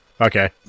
Okay